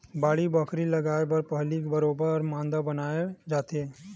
बाड़ी बखरी लगाय बर पहिली बरोबर मांदा बनाए जाथे